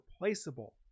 replaceable